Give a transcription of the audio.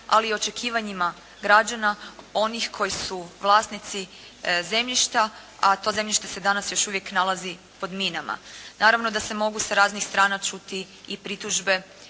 ali i očekivanjima građana onih koji su vlasnici zemljišta a to zemljište se danas još uvijek nalazi pod minama. Naravno da se mogu sa raznih strana čuti i pritužbe